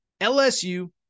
LSU